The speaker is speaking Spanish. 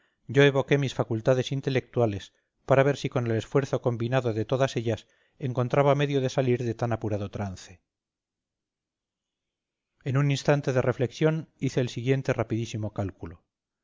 yo evoqué mis facultades intelectuales para ver si con el esfuerzo combinado de todas ellas encontraba medio de salir de tan apurado trance en un instante de reflexión hice el siguiente rapidísimo cálculo